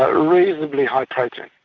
reasonably high protein.